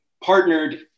partnered